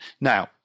Now